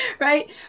right